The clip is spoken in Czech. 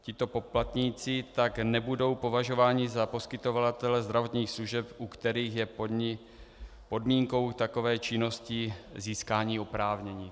Tito poplatníci tak nebudou považováni za poskytovatele zdravotních služeb, u kterých je podmínkou takové činnosti získání oprávnění.